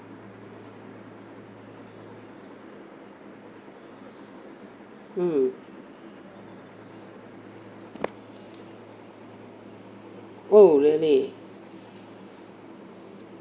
mm oh really